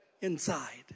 inside